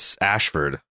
Ashford